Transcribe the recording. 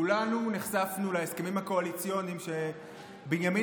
כולנו נחשפנו להסכמים הקואליציוניים שבנימין